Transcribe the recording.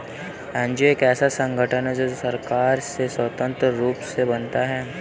NGO एक ऐसा संगठन है जो सरकार से स्वतंत्र रूप से बनता है